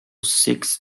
six